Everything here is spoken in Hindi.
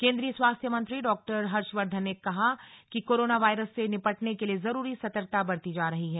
केंद्रीय स्वास्थ्य मंत्री डॉ हर्ष वर्धन ने हा कि कोरोना वायरस से निपटने के लिए जरूरी सतर्कता बरती जा रही है